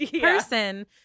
person